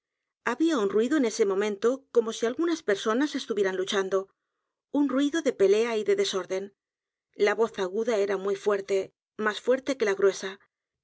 había un ruido en ese momento como si algunas personas estuvieran luchando un ruido de pelea y de desorden la voz aguda era muy fuerte más fuerte que la gruesa